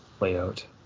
layout